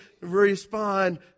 respond